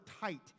tight